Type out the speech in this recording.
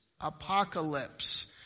Apocalypse